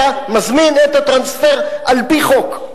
אתה מזמין את הטרנספר על-פי חוק.